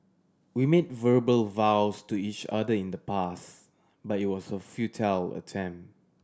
we made verbal vows to each other in the past but it was a futile attempt